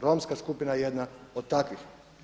Romska skupina je jedna od takvih.